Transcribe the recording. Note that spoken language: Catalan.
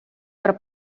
per